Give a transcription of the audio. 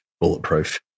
bulletproof